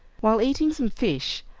while eating some fish,